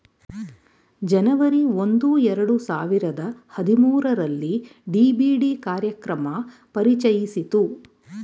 ಜನವರಿ ಒಂದು ಎರಡು ಸಾವಿರದ ಹದಿಮೂರುರಲ್ಲಿ ಡಿ.ಬಿ.ಡಿ ಕಾರ್ಯಕ್ರಮ ಪರಿಚಯಿಸಿತು